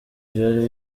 byari